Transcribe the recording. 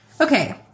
Okay